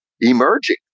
emerging